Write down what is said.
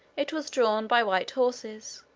it was drawn by white horses,